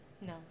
No